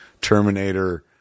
Terminator